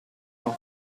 non